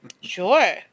Sure